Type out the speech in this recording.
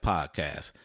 Podcast